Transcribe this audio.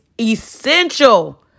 essential